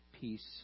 peace